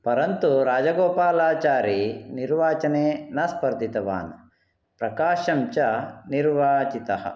परन्तु राजगोपालचारी निर्वाचने न स्पर्धितवान् प्रकाशम् च निर्वाचितः